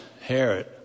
Herod